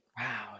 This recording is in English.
Wow